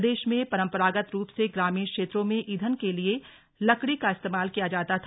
प्रदेश में परम्परागत रूप से ग्रामीण क्षेत्रों में ईघन के लिए लकड़ी का इस्तेमाल किया जाता था